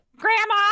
Grandma